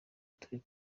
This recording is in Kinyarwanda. turi